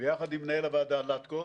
ביחד עם מנהל הוועדה לטקו,